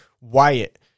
Wyatt